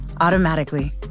automatically